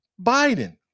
Biden